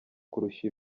kurusha